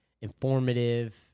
informative